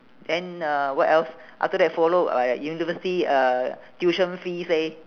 then uh what else after that follow uh university uh tuition fees leh